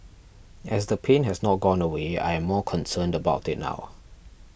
as the pain has not gone away I am more concerned about it now